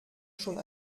schon